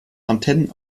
antennen